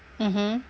mmhmm